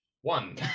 one